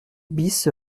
bis